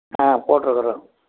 ஆ போட்டுருக்குறோம்